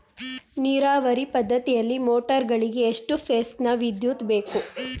ನೀರಾವರಿ ಪದ್ಧತಿಯಲ್ಲಿ ಮೋಟಾರ್ ಗಳಿಗೆ ಎಷ್ಟು ಫೇಸ್ ನ ವಿದ್ಯುತ್ ಬೇಕು?